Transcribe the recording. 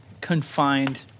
confined